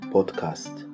Podcast